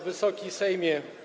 Wysoki Sejmie!